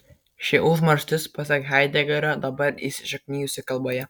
ši užmarštis pasak haidegerio dabar įsišaknijusi kalboje